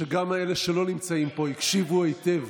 שגם אלה שלא נמצאים פה הקשיבו היטב.